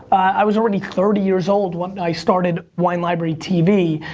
i was already thirty years old when i started wine library tv.